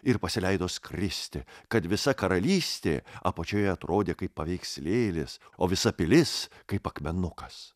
ir pasileido skristi kad visa karalystė apačioje atrodė kaip paveikslėlis o visa pilis kaip akmenukas